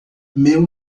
meu